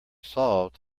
solved